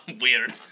weird